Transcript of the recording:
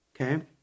okay